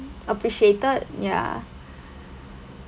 appreciated ya